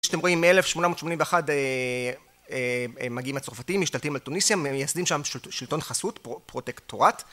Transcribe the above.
כפי שאתם רואים מ-1881 מגיעים הצרפתים, משתלטים על טוניסיה, מייסדים שם שלטון חסות, פרוטקטורט